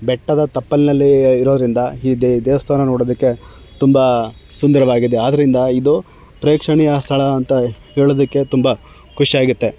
ಬೆಟ್ಟದ ತಪ್ಪಲಿನಲ್ಲಿ ಇರೋದರಿಂದ ಈ ದೇವಸ್ಥಾನ ನೋಡೋದಕ್ಕೆ ತುಂಬ ಸುಂದರವಾಗಿದೆ ಆದ್ದರಿಂದ ಇದು ಪ್ರೇಕ್ಷಣೀಯ ಸ್ಥಳ ಅಂತ ಹೇಳೋದಕ್ಕೆ ತುಂಬ ಖುಷಿಯಾಗುತ್ತೆ